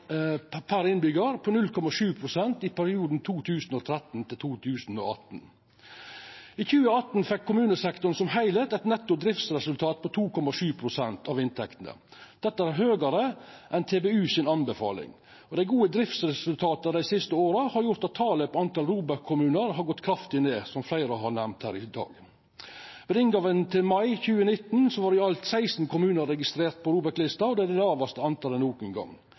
per innbyggjar på 0,7 pst. i perioden 2013–2018. I 2018 fekk kommunesektoren som heilskap eit netto driftsresultat på 2,7 pst. av inntektene. Dette er høgare enn TBUs anbefaling. Dei gode driftsresultata dei siste åra har gjort at talet på ROBEK-kommunar har gått kraftig ned, som fleire har nemnt her i dag. Ved inngangen til mai 2019 var i alt 16 kommunar registrerte på ROBEK-lista – det er det lågaste talet nokon gong.